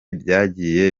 byagiye